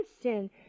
sin